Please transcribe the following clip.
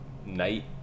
Night